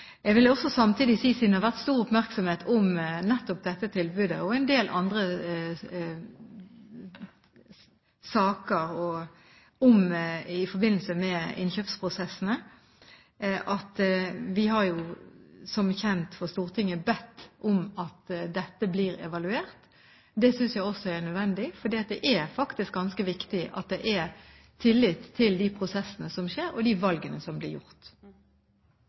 Jeg vil også samtidig si – siden det har vært stor oppmerksomhet om nettopp dette tilbudet og en del andre saker i forbindelse med innkjøpsprosessene – at vi har, som kjent for Stortinget, bedt om at dette blir evaluert. Det synes jeg også er nødvendig, for det er faktisk ganske viktig at det er tillit til de prosessene som skjer og de valgene som blir gjort.